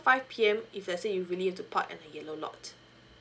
five P_M if let's say you really have to park at the yellow lot